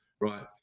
right